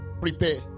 Prepare